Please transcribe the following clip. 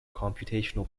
computational